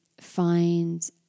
find